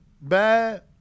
bad